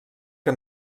que